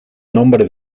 nombre